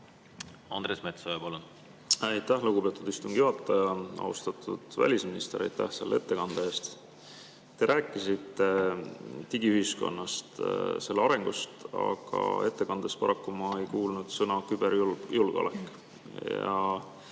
Andres Metsoja, palun! Aitäh, lugupeetud istungi juhataja! Austatud välisminister, aitäh selle ettekande eest! Te rääkisite digiühiskonnast, selle arengust, aga ettekandes paraku ma ei kuulnud sõna "küberjulgeolek".